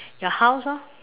your house orh